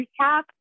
recap